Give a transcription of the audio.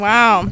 Wow